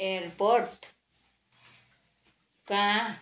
airport कहाँ